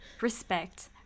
respect